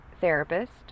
therapist